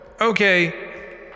Okay